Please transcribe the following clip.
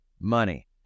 Money